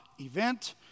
event